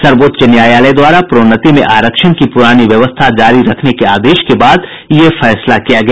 सर्वोच्च न्यायालय द्वारा प्रोन्नति में आरक्षण की पुरानी व्यवस्था जारी रखने के आदेश के बाद यह फैसला किया गया